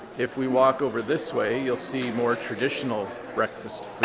if we walk over this way, you'll see more traditional breakfast